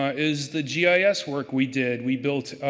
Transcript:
is the gis work we did. we built